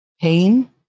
Pain